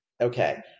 okay